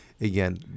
again